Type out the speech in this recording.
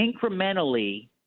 incrementally